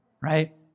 Right